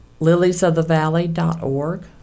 Liliesofthevalley.org